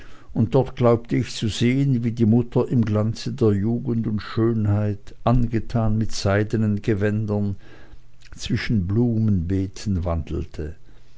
und dort glaubte ich zu sehen wie die mutter im glanze der lugend und schönheit angetan mit seidenen gewändern zwischen blumenbeeten wandelte